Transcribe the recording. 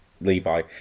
Levi